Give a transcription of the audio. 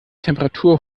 temperatur